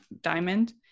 Diamond